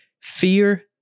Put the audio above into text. fear